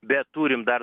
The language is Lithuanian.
bet turim dar